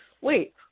wait